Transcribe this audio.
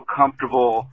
comfortable